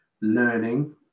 learning